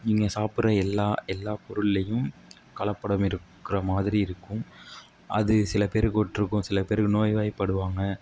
நீங்கள் சாப்புடுற எல்லா எல்லா பொருள்லேயும் கலப்படம் இருக்கிற மாதிரி இருக்கும் அது சில பேருக்கு விட்ருக்கும் சில பேர் நோய்வாய்ப்படுவாங்க